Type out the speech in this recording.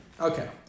Okay